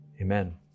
amen